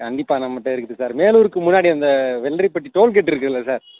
கண்டிப்பாக நம்மள்கிட்ட இருக்குது சார் மேலூர்க்கு முன்னாடி அந்த வெள்ளரிப்பட்டி டோல் கேட் இருக்குதுல்ல சார்